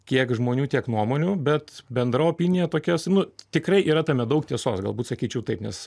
kiek žmonių tiek nuomonių bet bendra opinija tokia su nu tikrai yra tame daug tiesos galbūt sakyčiau taip nes